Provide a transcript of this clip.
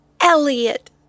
Elliot